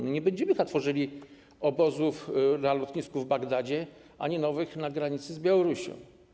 Nie będziemy tworzyli obozów na lotnisku w Bagdadzie, ani nowych na granicy z Białorusią.